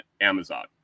Amazon